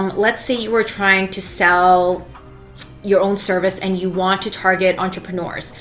let's say you are trying to sell your own service and you want to target entrepreneurs.